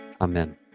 Amen